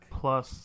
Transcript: plus